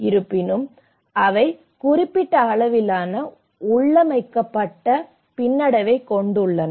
இருப்பினும் அவை குறிப்பிட்ட அளவிலான உள்ளமைக்கப்பட்ட பின்னடைவைக் கொண்டுள்ளன